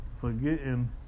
forgetting